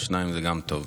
שניים זה גם טוב.